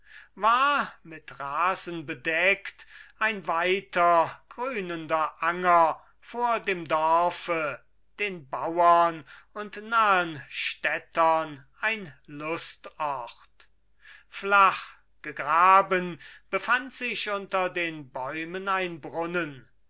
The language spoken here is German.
war mit rasen bedeckt ein weiter grünender anger vor dem dorfe den bauern und nahen städtern ein lustort flach gegraben befand sich unter den bäumen ein brunnen